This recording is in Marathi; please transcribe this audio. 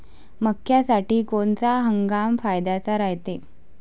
मक्क्यासाठी कोनचा हंगाम फायद्याचा रायते?